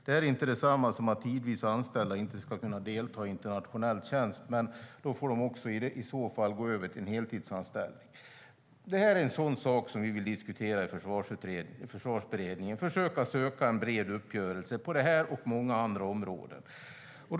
Det är inte detsamma som att tidvis anställda inte ska kunna delta i internationell tjänst, men då får de i så fall gå över till en heltidsanställning. Det här är en sådan sak som vi vill diskutera i Försvarsberedningen. Vi vill försöka söka en bred uppgörelse på det här och många andra områden.